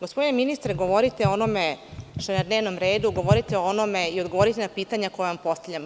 Gospodine ministre, govorite o onome što je na dnevnom redu, govorite o onome i odgovorite na pitanja koja vam postavljamo.